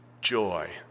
joy